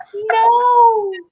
No